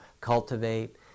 cultivate